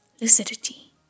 lucidity